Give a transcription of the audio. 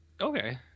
okay